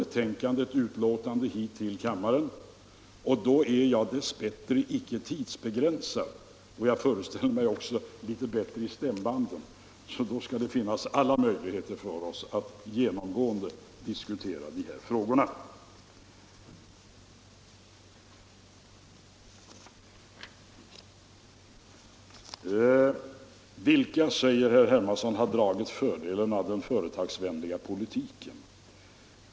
Vi får sedan ett betänkande hit till kammaren, och då är jag dessbättre icke tidsbegränsad — och dessutom, så som jag föreställer mig, litet bättre i stämbanden, varför det då bör finnas alla möjligheter för oss att djupgående diskutera de här frågorna. Vilka, frågade herr Hermansson, har dragit fördel av den företagsvänliga politiken?